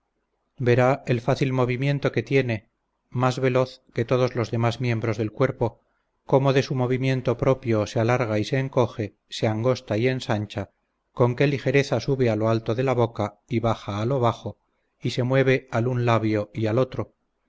verá el fácil movimiento que tiene más veloz que todos los demás miembros del cuerpo como de su movimiento propio se alarga y se encoge se angosta y ensancha con que ligereza sube a lo alto de la boca y baja a lo bajo y se mueve al un labio y al otro